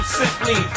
simply